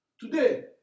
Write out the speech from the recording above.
Today